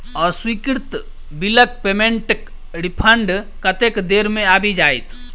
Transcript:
अस्वीकृत बिलक पेमेन्टक रिफन्ड कतेक देर मे आबि जाइत?